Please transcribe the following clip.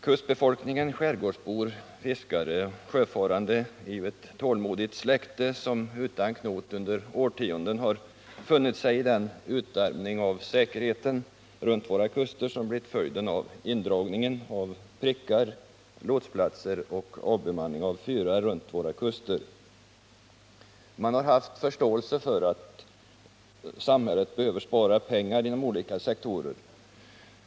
Kustbefolkningen — skärgårdsbor, fiskare och sjöfarande — är ett tålmodigt släkte, som utan knot under årtionden funnit sig i den utarmning av säkerheten runt våra kuster som blivit följden av indragningen av prickar och lotsplatser samt avbemanningen av fyrar runt våra kuster. Man har haft förståelse för att samhället behöver spara pengar inom olika sektorer.